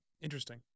interesting